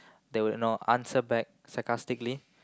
they will you know answer back sarcastically